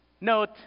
Note